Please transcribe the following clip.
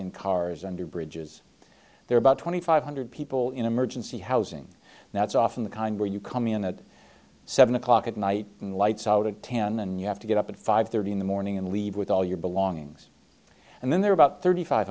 in cars under bridges there about twenty five hundred people in emergency housing that's often the kind where you come in at seven o'clock at night and lights out of ten and you have to get up at five thirty in the morning and leave with all your belongings and then there are about thirty five